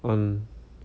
um